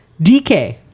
DK